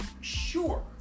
Sure